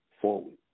forward